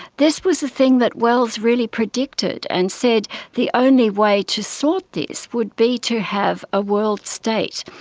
this was a thing that wells really predicted and said the only way to sort this would be to have a world state,